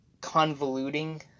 convoluting